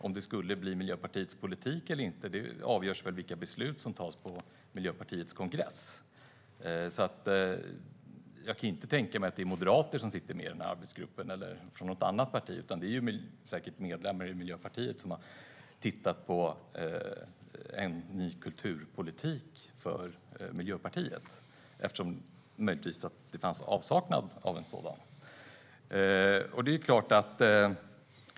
Om det ska bli Miljöpartiets politik eller inte avgörs av vilka beslut som fattas på Miljöpartiets kongress. Jag kan inte tänka mig att det är moderater eller personer från något annat parti som sitter med i arbetsgruppen, utan det är säkert medlemmar i Miljöpartiet som tittat på en ny kulturpolitik för Miljöpartiet, eftersom det möjligtvis fanns en avsaknad av en sådan.